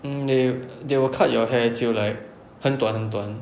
um they they will cut your hair 就 like 很短很短